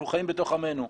אנחנו חיים בתוך עמנו.